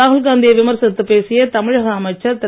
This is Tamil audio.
ராகுல் காந்தியை விமர்சித்து பேசிய தமிழக அமைச்சர் திரு